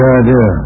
idea